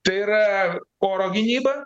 tai yra oro gynyba